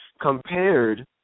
compared